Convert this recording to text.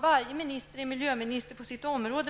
varje minister skall vara miljöminister på sitt område.